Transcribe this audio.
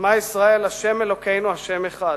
'שמע ישראל ה' אלוקינו ה' אחד',